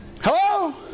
Hello